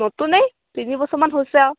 নতুনেই তিনিবছৰমান হৈছে আৰু